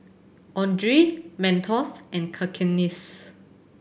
Andre Mentos and Cakenis